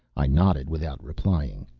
i nodded, without replying.